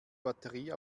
batterie